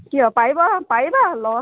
কিয় পাৰিব পাৰিবা লোৱা